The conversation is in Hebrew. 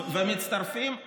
רואים את זה גם במשרד החינוך.